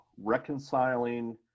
reconciling